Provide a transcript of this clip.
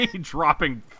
dropping